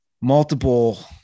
multiple